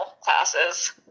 classes